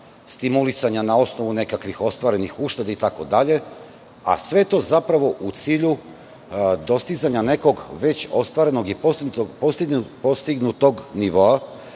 stimulisanja na osnovu nekakvih ostvarenih ušteda itd, a sve to zapravo u cilju dostizanja nekog već ostvarenog i postignutog nivoa